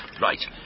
Right